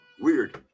Weird